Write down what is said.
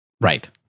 Right